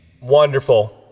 Wonderful